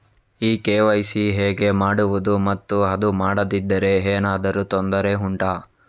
ಈ ಕೆ.ವೈ.ಸಿ ಹೇಗೆ ಮಾಡುವುದು ಮತ್ತು ಅದು ಮಾಡದಿದ್ದರೆ ಏನಾದರೂ ತೊಂದರೆ ಉಂಟಾ